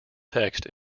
text